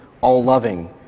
all-loving